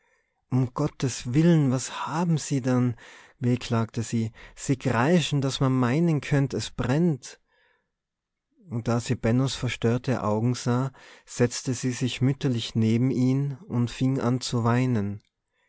um gottes wille was hawwe se dann wehklagte sie sie kreische daß merr maane könnt es brennt und da sie bennos verstörte augen sah setzte sie sich mütterlich neben ihn und fing an zu weinen